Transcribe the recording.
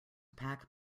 pack